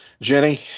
Jenny